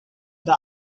the